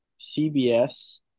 CBS